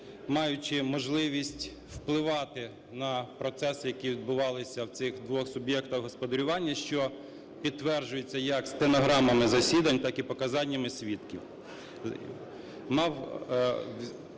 маючи можливість впливати на процеси, які відбувалися в цих двох суб'єктах господарювання, що підтверджується як стенограмами засідань, так і показаннями свідків,